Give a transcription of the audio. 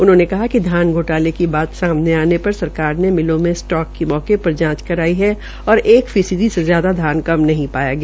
उन्होंने कहा कि धान घोटाले की बात सामने आने पर सरकार ने मिलों में सटाक की मौके पर जांच कराई है और एक फीसदी से ज्यादा धान कम नहीं पाया गया